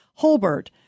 Holbert